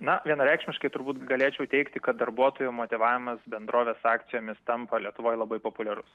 na vienareikšmiškai turbūt galėčiau teigti kad darbuotojų motyvavimas bendrovės akcijomis tampa lietuvoj labai populiarus